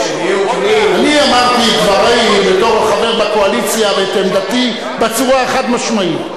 אני אמרתי את דברי בתוך חבר בקואליציה ואת עמדתי בצורה חד-משמעית.